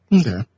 Okay